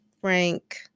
Frank